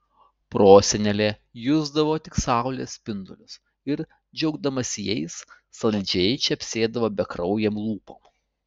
prosenelė jusdavo tik saulės spindulius ir džiaugdamasi jais saldžiai čepsėdavo bekraujėm lūpom